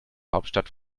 hauptstadt